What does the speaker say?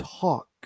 talk